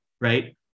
right